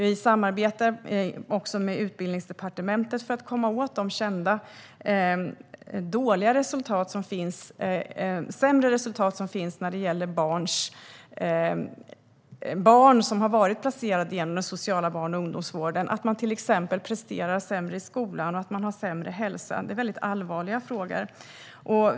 Vi samarbetar också med Utbildningsdepartementet för att komma till rätta med problemen hos de barn som har varit placerade inom den sociala barn och ungdomsvården. De presterar sämre i skolan och har sämre hälsa. Det är allvarliga frågor.